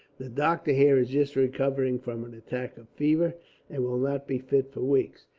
the doctor here is just recovering from an attack of fever and will not be fit, for weeks,